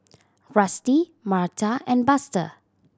Rusty Marta and Buster